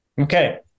Okay